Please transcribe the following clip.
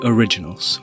Originals